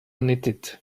knitted